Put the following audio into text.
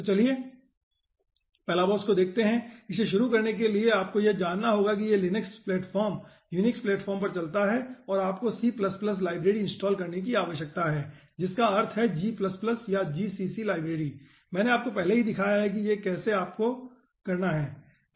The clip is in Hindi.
तो चलिए Palabos को देखते हैं इसे शुरू करने के लिए आपको यह जानना होगा कि यह लिनक्स प्लेटफॉर्म यूनिक्स प्लेटफॉर्म पर चलता है और आपको C लाइब्रेरी इनस्टॉल करने की आवश्यकता है जिसका अर्थ है g या gcc लाइब्रेरी मैंने आपको पहले ही दिखाया है कि यह आपको कैसे करना है